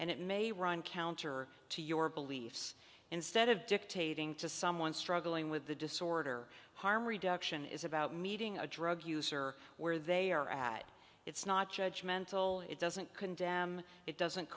and it may run counter to your beliefs instead of dictating to someone struggling with the disorder harm reduction is about meeting a drug user where they are add it's not judge mental it doesn't condemn it doesn't